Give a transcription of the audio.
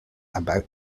about